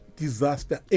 disaster